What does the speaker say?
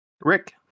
rick